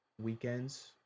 Weekends